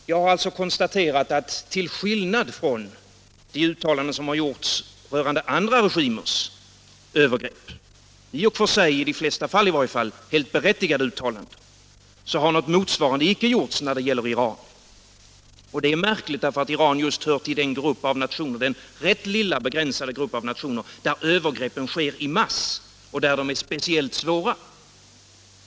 Herr talman! Först vill jag säga, fru Söder, att jag undanber mig den typ av insinuationer som talet om ”regimer som står herr Svensson nära” innebär. Man får faktiskt lov att precisera på vilket sätt de regimerna skulle stå mig nära, jämfört med det lands regim i vilket jag är medborgare. Jag har alltså konstaterat att till skillnad från de uttalanden som gjorts rörande andra regimers övergrepp —- i de flesta fall i och för sig helt berättigade uttalanden — har något motsvarande inte gjorts när det gäller Iran. Och det är märkligt därför att just Iran hör till den rätt begränsade grupp av nationer där övergreppen sker en masse och där de är speciellt svåra.